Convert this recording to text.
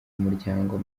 muryango